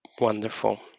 Wonderful